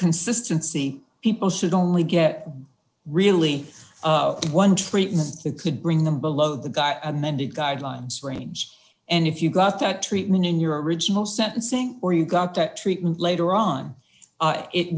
consistency people should only get really one treatment that could bring them below the guy and then the guidelines range and if you got that treatment in your original sentencing or you got that treatment later on